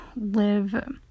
live